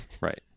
Right